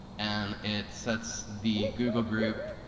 and it sets the google group,